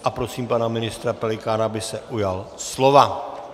A prosím pana ministra Pelikána, aby se ujal slova.